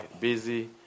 busy